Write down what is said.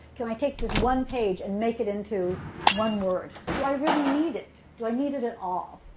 can i take this one page and make it into one word? do i really need it? do i need it at all?